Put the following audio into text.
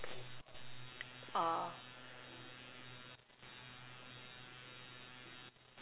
uh